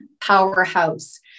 powerhouse